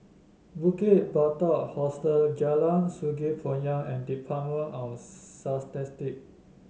Bukit Batok Hostel Jalan Sungei Poyan and Department of